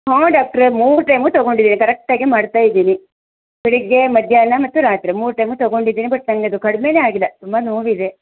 ಹಾಂ ಡಾಕ್ಟ್ರೆ ಮೂರು ಟೈಮು ತಗೊಂಡಿದ್ದೀನಿ ಕರೆಕ್ಟಾಗೆ ಮಾಡ್ತಾ ಇದ್ದೀನಿ ಬೆಳಿಗ್ಗೆ ಮಧ್ಯಾಹ್ನ ಮತ್ತು ರಾತ್ರಿ ಮೂರು ಟೈಮು ತಗೊಂಡಿದ್ದೀನಿ ಬಟ್ ನನಗದು ಕಡಿಮೆನೆ ಆಗಿಲ್ಲ ತುಂಬ ನೋವಿದೆ